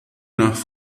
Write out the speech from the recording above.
nach